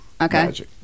Okay